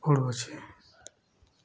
ପଡ଼ୁଛି